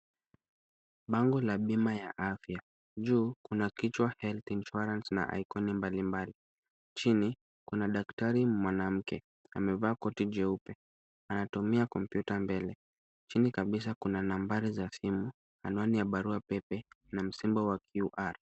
Bango la bima ya afya. Juu kuna kichwa health insurance na ikoni mbalimbali. Chini, kuna daktari mwanamke amevaa koti jeupe na anatumia kompyuta mbele. Chini kabisa kuna nambari za simu, anwani ya barua pepe na msimbo wa QR.